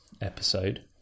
episode